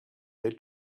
their